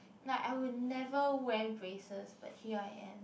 like I would never wear braces but here I am